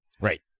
Right